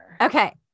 Okay